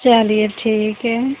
चलिए ठीक है